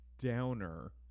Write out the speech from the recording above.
downer